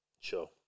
Sure